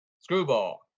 Screwball